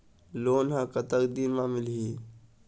Loan ह कतक दिन मा मिलही?